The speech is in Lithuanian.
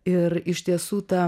ir iš tiesų ta